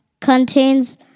contains